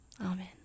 Amen